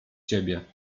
ciebie